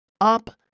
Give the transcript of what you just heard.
up